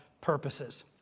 purposes